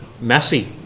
messy